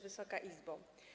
Wysoka Izbo!